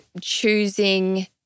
choosing